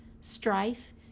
strife